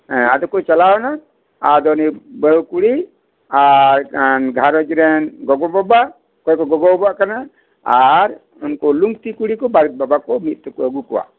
ᱦᱮᱸ ᱟᱫᱚ ᱠᱚ ᱪᱟᱞᱟᱣ ᱮᱱᱟ ᱟᱫᱚ ᱩᱱᱤ ᱵᱟᱦᱩ ᱠᱩᱲᱤ ᱟᱨ ᱜᱷᱟᱸᱨᱚᱡᱽ ᱨᱮᱱ ᱜᱚᱜᱚ ᱵᱟᱵᱟ ᱚᱠᱚᱭ ᱠᱚ ᱜᱚᱜᱚ ᱵᱟᱵᱟ ᱠᱟᱱᱟ ᱟᱨ ᱩᱱᱠᱩ ᱞᱩᱝᱛᱤ ᱠᱩᱲᱤ ᱠᱚ ᱵᱟᱨᱮᱛ ᱵᱟᱵᱟ ᱠᱚ ᱢᱤᱫ ᱛᱮᱠᱚ ᱟᱹᱜᱩ ᱠᱚᱣᱟ